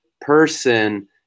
person